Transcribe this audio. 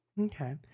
Okay